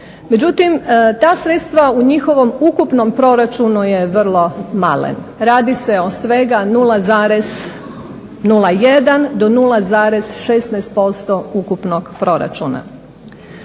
Međutim, ta sredstva u njihovom ukupnom proračunu je vrlo malen. Radi se o svega 0,01 do 0,16% ukupnog proračuna.